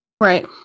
right